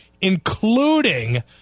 including